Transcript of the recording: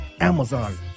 Amazon